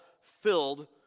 filled